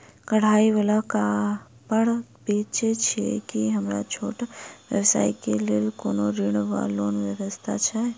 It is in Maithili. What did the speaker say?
कढ़ाई वला कापड़ बेचै छीयै की हमरा छोट व्यवसाय केँ लेल कोनो ऋण वा लोन व्यवस्था छै?